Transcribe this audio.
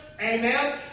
amen